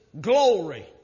glory